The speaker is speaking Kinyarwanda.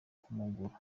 kumugura